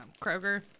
Kroger